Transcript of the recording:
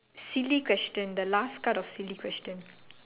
silly question the last card of silly question